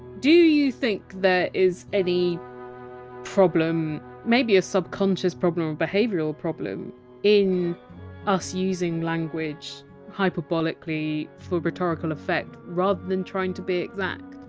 do you think that is any problem maybe a subconscious problem or behavioral problem in us using language hyperbolically for rhetorical effect rather than trying to be exact?